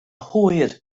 hwyr